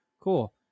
cool